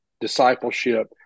discipleship